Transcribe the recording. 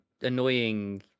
annoying